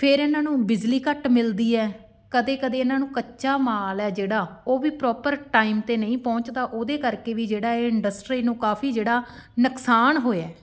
ਫਿਰ ਇਹਨਾਂ ਨੂੰ ਬਿਜਲੀ ਘੱਟ ਮਿਲਦੀ ਹੈ ਕਦੇ ਕਦੇ ਇਹਨਾਂ ਨੂੰ ਕੱਚਾ ਮਾਲ ਹੈ ਜਿਹੜਾ ਉਹ ਵੀ ਪ੍ਰੋਪਰ ਟਾਈਮ 'ਤੇ ਨਹੀਂ ਪਹੁੰਚਦਾ ਉਹਦੇ ਕਰਕੇ ਵੀ ਜਿਹੜਾ ਇਹ ਇੰਡਸਟਰੀ ਨੂੰ ਕਾਫੀ ਜਿਹੜਾ ਨੁਕਸਾਨ ਹੋਇਆ